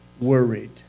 worried